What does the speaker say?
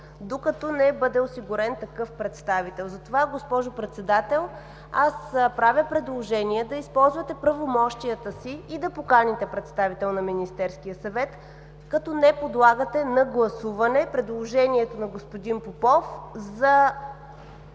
докато не бъде осигурен такъв представител. Госпожо Председател, правя предложение да използвате правомощията си и да поканите представител на Министерския съвет, като не подлагате на гласуване предложението на господин Попов за